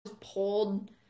pulled